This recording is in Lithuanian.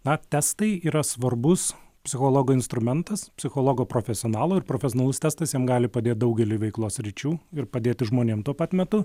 na testai yra svarbus psichologo instrumentas psichologo profesionalo ir profesionalus testas jam gali padėt daugeliui veiklos sričių ir padėti žmonėm tuo pat metu